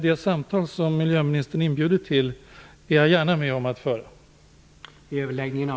Det samtal som miljöministern inbjuder till är jag gärna med om att föra.